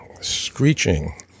screeching